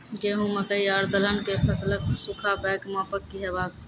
गेहूँ, मकई आर दलहन के फसलक सुखाबैक मापक की हेवाक चाही?